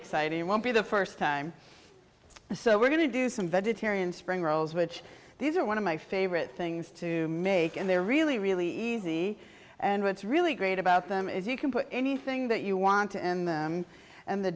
exciting and won't be the first time so we're going to do some vegetarian spring rolls which these are one of my favorite things to make and they're really really easy and what's really great about them is you can put anything that you want in them and the